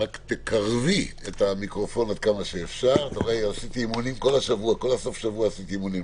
רק אגיד משפט מקדים לגבי איך שתיקנו את הצו.